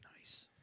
Nice